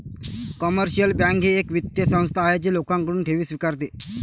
commercial bank ही एक वित्तीय संस्था आहे जी लोकांकडून ठेवी स्वीकारते